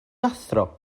athro